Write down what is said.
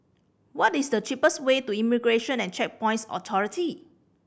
what is the cheapest way to Immigration and Checkpoints Authority